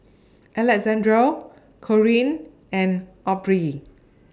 Alexandria Corinne and Aubrey